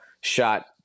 shot